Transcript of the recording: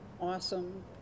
awesome